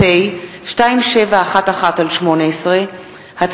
פ/2711/18 וכלה בהצעת חוק פ/2717/18,